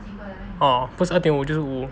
orh 不是二点五就是五